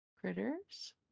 critters